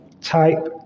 type